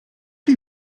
chi